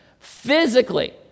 physically